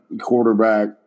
quarterback